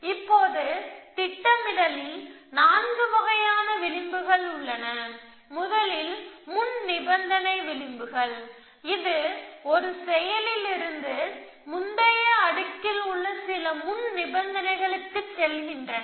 இப்போது திட்டமிடலில் 4 வகையான விளிம்புகள் உள்ளன முதலில் முன்நிபந்தனை விளிம்புகள் ஒரு செயலிலிருந்து முந்தைய அடுக்கில் உள்ள சில முன் நிபந்தனைகளுக்கு செல்கின்றன